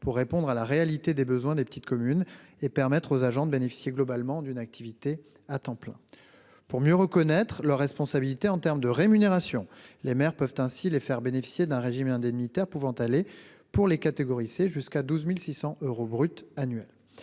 pour répondre à la réalité des besoins des petites communes et permettre aux agents de bénéficier globalement d'une activité à temps plein. Pour mieux reconnaître leurs responsabilités en termes de rémunération, les maires peuvent les faire bénéficier d'un régime indemnitaire pouvant aller, pour les catégories C, jusqu'à 12 600 euros brut annuels.